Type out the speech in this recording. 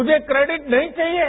मुझे क्रैडिट नहीं चाहिये